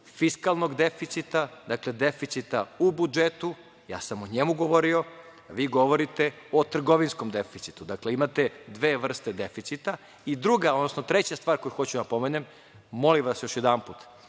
fiskalnog deficita, deficita u budžetu, ja sam o njemu govorio. Vi govorite o trgovinskom deficitu. Dakle, imate dve vrste deficita. Treća stvar koju hoću da pomenem, molim vas još jednom.